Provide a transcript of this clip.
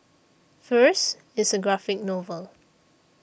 first it's a graphic novel